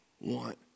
want